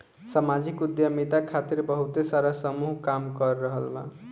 सामाजिक उद्यमिता खातिर बहुते सारा समूह काम कर रहल बा